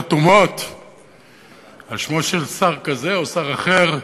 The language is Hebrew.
חתומות על שמו של שר כזה או שר אחר,